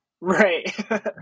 Right